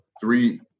three